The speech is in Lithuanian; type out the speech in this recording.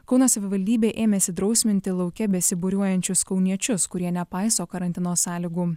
kauno savivaldybė ėmėsi drausminti lauke besibūriuojančius kauniečius kurie nepaiso karantino sąlygų